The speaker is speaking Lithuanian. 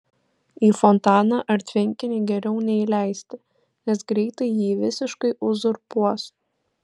į fontaną ar tvenkinį geriau neįleisti nes greitai jį visiškai uzurpuos